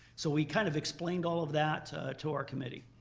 so we kind of explained all of that to our committee.